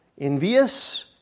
envious